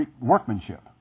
workmanship